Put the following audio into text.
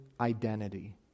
identity